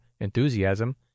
enthusiasm